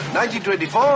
1924